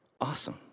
Awesome